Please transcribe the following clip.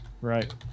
right